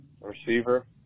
receiver